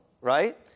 right